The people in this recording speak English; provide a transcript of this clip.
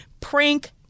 prank